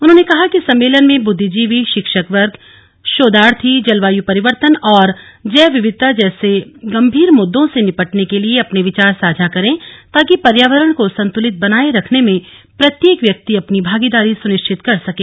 उन्होंने कहा कि सम्मेलन में बुद्धिजीवी शिक्षक वर्ग शोधार्थी जलवायु परिवर्तन और जैव विविधता जैसे गंभीर मुद्दों से निपटने के लिए अपने विचार साझा करें ताकि पर्यावरण को संतुलित बनाए रखने में प्रत्येक व्यक्ति अपनी भागीदारी सुनिश्चित कर सकें